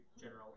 general